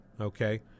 Okay